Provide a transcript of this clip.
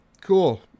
cool